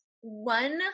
one